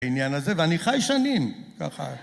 בעניין הזה ואני חי שנים ככה